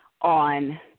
on